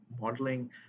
modeling